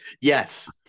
Yes